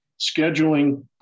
Scheduling